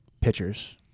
pitchers